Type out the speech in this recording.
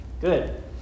good